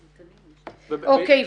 אוקיי,